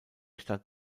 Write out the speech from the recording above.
stadt